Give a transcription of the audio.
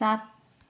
सात